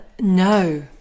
No